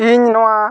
ᱤᱧ ᱱᱚᱣᱟ